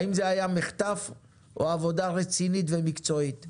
האם זה היה מחטף או עבודה רצינית ומקצועית?